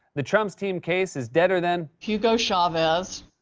the trump team's case is deader than. hugo chavez.